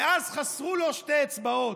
ואז חסרו לו שתי אצבעות,